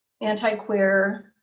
anti-queer